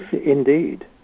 indeed